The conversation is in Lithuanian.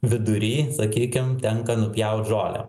vidury sakykim tenka nupjaut žolę